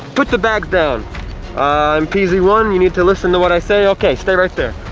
put the bags down i'm t z one you need to listen to what i say. okay, stay right there